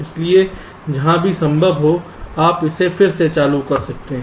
इसलिए जहाँ भी संभव हो आप इसे फिर से चालू कर सकते हैं